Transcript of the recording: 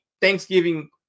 thanksgiving